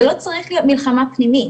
זה לא צריך להיות מלחמה פנימית,